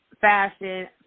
fashion